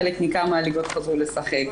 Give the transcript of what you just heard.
חלק ניכר מהליגות חזרו לשחק,